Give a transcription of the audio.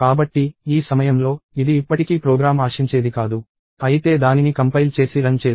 కాబట్టి ఈ సమయంలో ఇది ఇప్పటికీ ప్రోగ్రామ్ ఆశించేది కాదు అయితే దానిని కంపైల్ చేసి రన్ చేద్దాం